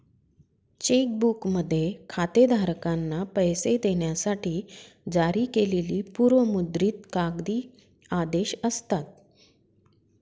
check बुकमध्ये खातेधारकांना पैसे देण्यासाठी जारी केलेली पूर्व मुद्रित कागदी आदेश असतात